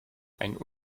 einen